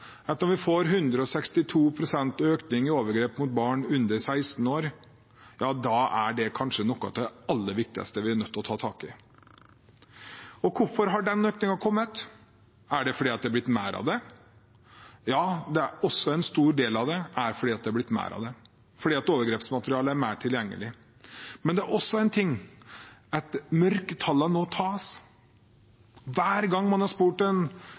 vi får 162 pst. økning i overgrep mot barn under 16 år, da er det kanskje noe av det aller viktigste som vi er nødt til å ta tak i. Hvorfor har den økningen kommet? Er det fordi det har blitt mer av det? Ja, en stor del er fordi det har blitt mer av det, fordi overgrepsmaterialet er mer tilgjengelig, men det er også at mørketallene nå tas. Hver gang man har spurt en person på plata eller noen i barnevernet, er det ofte den